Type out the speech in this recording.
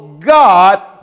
God